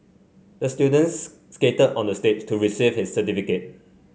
the student skated onto the stage to receive his certificate